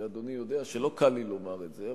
ואדוני יודע שלא קל לי לומר את זה,